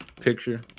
Picture